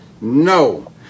no